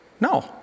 No